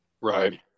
right